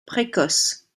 précoce